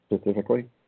specifically